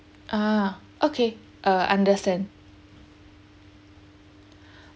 ah okay uh understand